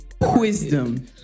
Wisdom